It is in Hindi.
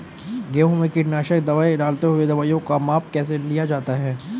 गेहूँ में कीटनाशक दवाई डालते हुऐ दवाईयों का माप कैसे लिया जाता है?